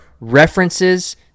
references